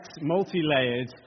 multi-layered